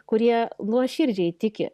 kurie nuoširdžiai tiki